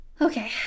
Okay